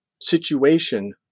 situation